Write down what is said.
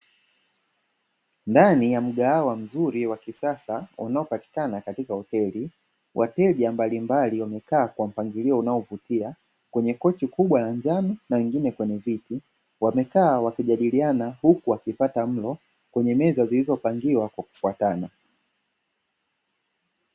Ndani ya mgahawa mzuri wa kisasa unaopatikana katika hoteli, wateja mbalimbali wamekaa kwa mpangilio unaovutia kwenye kochi kubwa la njano na wengine kwenye viti, wamekaa wakijadiliana huku wakipata mlo kwenye meza zilizopangiwa kwa kufuatana.